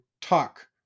talk